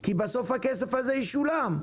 כי בסוף הכסף הזה ישולם,